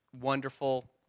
wonderful